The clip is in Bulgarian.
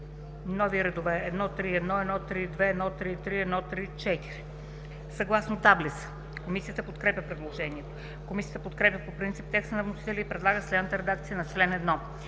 нови редове 1.3.1., 1,3.2., 1.3.3. и 1.3.4.: съгласно таблица.“ Комисията подкрепя предложението. Комисията подкрепя по принцип текста на вносителя и предлага следната редакция на чл. 1: